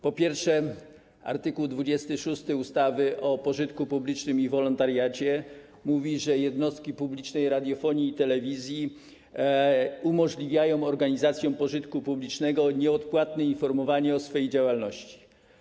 Po pierwsze, art. 26 ustawy o pożytku publicznym i wolontariacie mówi, że jednostki publicznej radiofonii i telewizji umożliwiają organizacjom pożytku publicznego nieodpłatne informowanie o swej działalności.